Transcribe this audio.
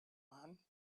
man